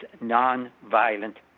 non-violent